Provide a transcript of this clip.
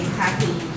happy